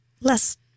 less